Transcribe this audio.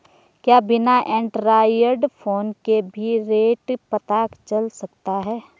क्या बिना Android phone के भी रेट पता चल सकता है?